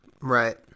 Right